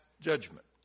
judgment